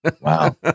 Wow